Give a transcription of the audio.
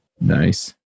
Nice